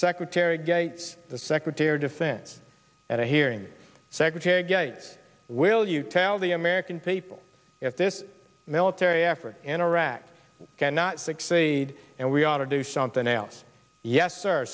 secretary gates the secretary of defense at the hearing secretary gates will you tell the american people if this military effort in iraq cannot succeed and we are to do something else yes sir